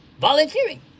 volunteering